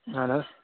اَہَن حظ